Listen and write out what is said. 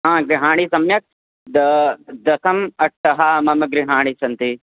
गृहाणि सम्यक् दा दश अट्टः मम गृहाणि सन्ति